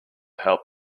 help